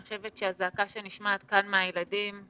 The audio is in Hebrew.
אני חושבת שהזעקה שנשמעת כאן מהילדים,